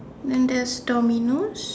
and there's Dominos